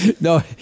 No